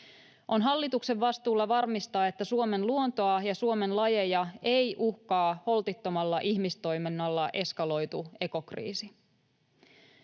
On hallituksen vastuulla varmistaa, että Suomen luontoa ja Suomen lajeja ei uhkaa holtittomalla ihmistoiminnalla eskaloitu ekokriisi.